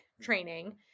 training